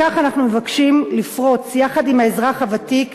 בכך אנו מבקשים לפרוץ יחד עם האזרח הוותיק